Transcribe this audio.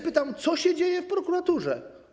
Pytam: Co się dzieje w prokuraturze?